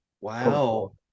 Wow